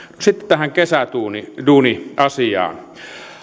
sitten tähän kesäduuni kesäduuni asiaan